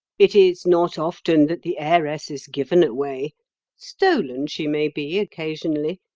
it is not often that the heiress is given away stolen she may be occasionally,